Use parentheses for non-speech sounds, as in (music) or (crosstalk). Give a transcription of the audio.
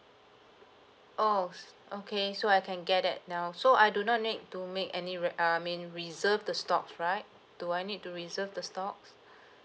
oh s~ okay so I can get that now so I do not need to make any re~ uh I mean reserve the stocks right do I need to reserve the stocks (breath)